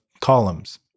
columns